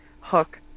hook